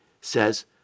says